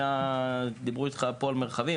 במרחבים,